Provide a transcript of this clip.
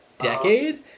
decade